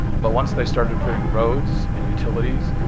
but once they started putting roads and utilities,